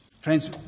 Friends